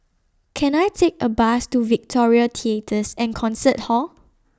Can I Take A Bus to Victoria Theatres and Concert Hall